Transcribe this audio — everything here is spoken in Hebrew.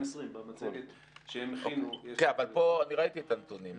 במצגת שהם הכינו יש גם את הנתונים מ-2020.